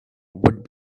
would